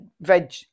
Veg